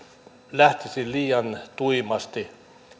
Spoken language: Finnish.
lähtisi liian tuimasti